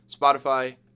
Spotify